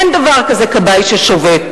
אין דבר כזה כבאי ששובת.